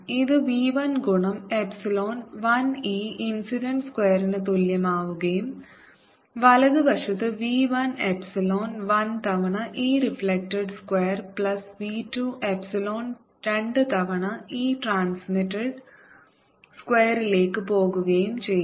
ഇത് v 1 ഗുണം epsilon 1 e incident സ്ക്വയറിന് തുല്യമാവുകയും വലതുവശത്ത് v 1 എപ്സിലോൺ 1 തവണ e reflected square plus v 2 epsilon 2 തവണ e ട്രാൻസ്മിറ്റ് സ്ക്വയറിലേക്ക് പോകുകയും ചെയ്യും